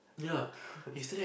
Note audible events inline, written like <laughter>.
<laughs>